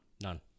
None